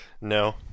No